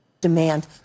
Demand